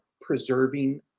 preserving